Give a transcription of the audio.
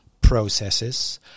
processes